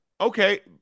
okay